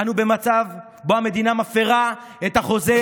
אנו במצב שבו המדינה מפירה את החוזה